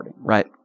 right